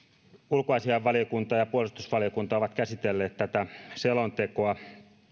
ulkoasiainvaliokunta ja puolustusvaliokunta ovat käsitelleet tätä selontekoa